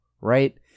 right